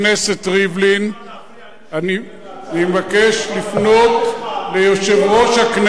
אני יודע שלא מקובל להפריע למי שמדבר מהצד,